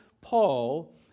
Paul